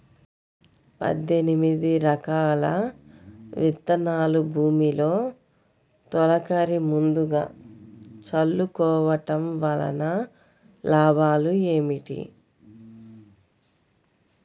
పద్దెనిమిది రకాల విత్తనాలు భూమిలో తొలకరి ముందుగా చల్లుకోవటం వలన లాభాలు ఏమిటి?